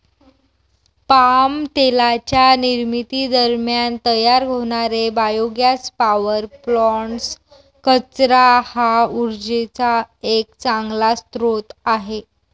palm तेलाच्या निर्मिती दरम्यान तयार होणारे बायोगॅस पॉवर प्लांट्स, कचरा हा उर्जेचा एक चांगला स्रोत आहे